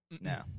No